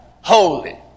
Holy